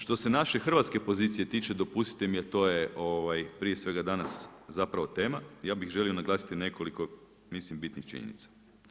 Što se naše hrvatske pozicije tiče, dopustite mi to je prije svega danas zapravo tema, ja bih želio naglasiti nekoliko mislim bitnih činjenica.